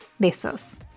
besos